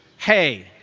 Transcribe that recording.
hey,